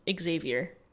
Xavier